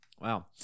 Wow